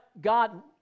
God